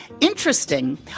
Interesting